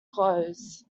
clothes